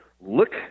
look